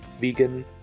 vegan